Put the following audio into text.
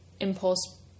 impulse